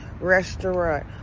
restaurant